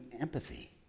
empathy